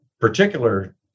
particular